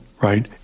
right